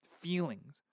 feelings